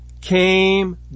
came